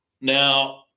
Now